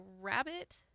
rabbit